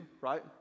right